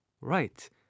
right